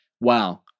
wow